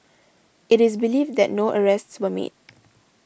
it is believed that no arrests were made